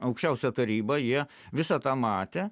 aukščiausią tarybą jie visą tą matė